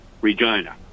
regina